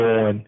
on